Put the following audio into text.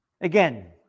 Again